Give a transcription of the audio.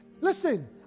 Listen